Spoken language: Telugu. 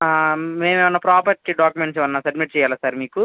ఆ మేము ఏమైనా ప్రాపర్టీ డాక్యుమెంట్స్ ఏమైనా సబ్మిట్ చేయాలా సార్ మీకు